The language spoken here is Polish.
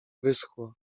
wyschła